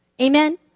Amen